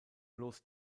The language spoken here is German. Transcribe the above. bloß